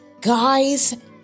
guys